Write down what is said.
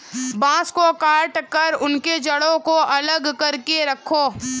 बांस को काटकर उनके जड़ों को अलग करके रखो